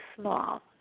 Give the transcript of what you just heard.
small